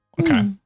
Okay